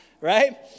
right